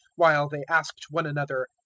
while they asked one another,